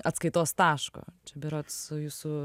atskaitos taško čia berods jūsų